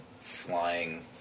flying